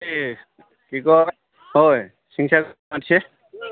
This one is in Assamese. এই কি কয় হয়